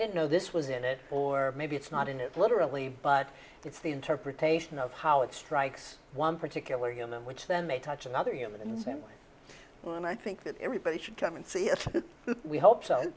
didn't know this was in it or maybe it's not in it literally but it's the interpretation of how it strikes one particular human which then may touch another human in the same way and i think that everybody should come and see if we hope so